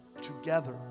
together